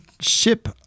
ship